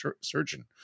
surgeon